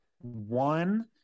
One